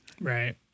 Right